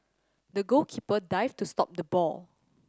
the goalkeeper dived to stop the ball